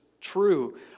true